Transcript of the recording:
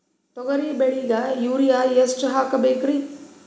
ತೊಗರಿ ಬೆಳಿಗ ಯೂರಿಯಎಷ್ಟು ಹಾಕಬೇಕರಿ?